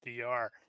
DR